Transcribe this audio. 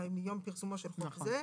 מיום פרסומו של חוק זה,